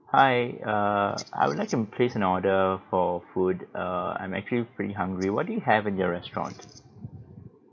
hi err I would like and place an order for food err I'm actually pretty hungry what do you have in your restaurant